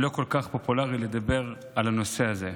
ולא כל כך פופולרי לדבר על הנושא הזה.